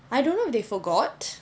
I don't know if they forgot